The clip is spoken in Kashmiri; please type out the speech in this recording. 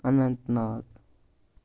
اننت ناگ